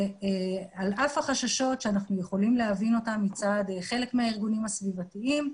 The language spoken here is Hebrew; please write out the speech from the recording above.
על אף חששות שאנחנו יכולים להבין אותם מצד חלק מהארגונים הסביבתיים,